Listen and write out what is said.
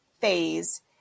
phase